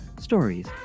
Stories